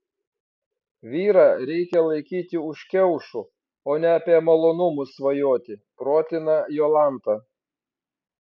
vyrą reikia laikyti už kiaušų o ne apie malonumus svajoti protina jolanta